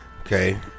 okay